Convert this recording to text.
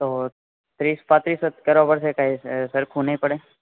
તો ત્રીસ પાંત્રીસ કરવા પડશે કાય સરખું નય પડે